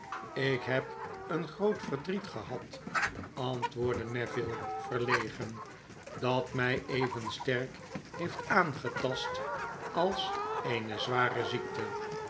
ik heb een groot verdriet gehad antwoordde neville verlegen dat my even sterk heeft aangetast als eene zware ziekte